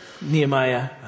Nehemiah